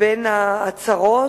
בין ההצהרות,